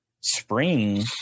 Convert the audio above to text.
spring